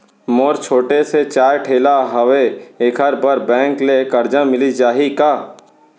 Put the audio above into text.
मोर छोटे से चाय ठेला हावे एखर बर बैंक ले करजा मिलिस जाही का?